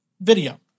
video